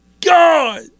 God